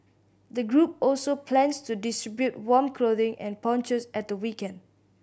the group also plans to distribute warm clothing and ponchos at the weekend